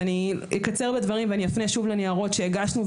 אני אקצר בדברים ואני אפנה שוב לניירות שהגשנו.